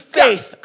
faith